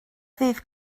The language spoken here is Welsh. ddydd